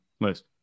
list